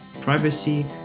privacy